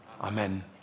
Amen